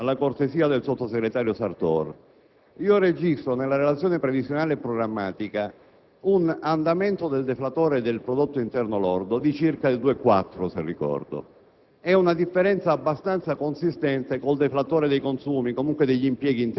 Concludendo, vorrei rivolgere una specifica domanda al Governo, alla cortesia del sottosegretario Sartor. Registro nella relazione previsionale e programmatica un andamento del deflatore del Prodotto interno lordo di circa il 2,4, se ben ricordo.